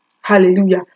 Hallelujah